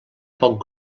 poc